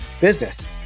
business